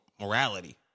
Morality